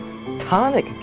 tonic